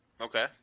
Okay